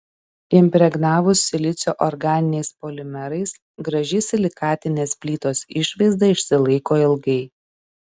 impregnavus silicio organiniais polimerais graži silikatinės plytos išvaizda išsilaiko ilgai